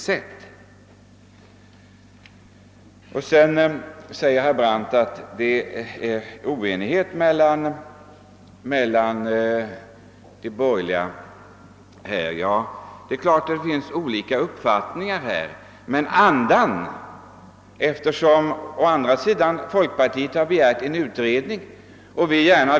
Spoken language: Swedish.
Herr Brandt sade vidare att det föreligger oenighet mellan de borgerliga på denna punkt. Visst finns det olika uppfattningar på den borgerliga sidan, men vi är ändå besjälade av samma anda.